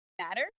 matter